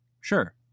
Sure